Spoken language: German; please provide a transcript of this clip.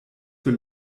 für